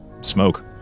smoke